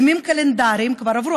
ימים קלנדריים כבר עברו.